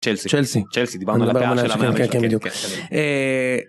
צלסי צלסי צלסי.